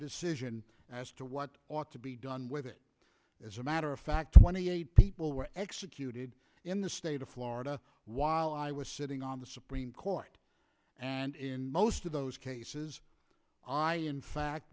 decision as to what ought to be done with it as a matter of fact twenty eight people were executed in the state of florida while i was sitting on the supreme court and in most of those cases i in fact